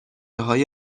های